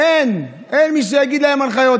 אין מי שיגיד להם "הנחיות".